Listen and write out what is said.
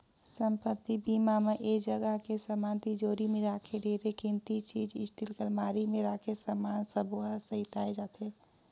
संपत्ति बीमा म ऐ जगह के समान तिजोरी मे राखे ढेरे किमती चीच स्टील के अलमारी मे राखे समान सबो हर सेंइताए जाथे